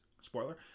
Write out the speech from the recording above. spoiler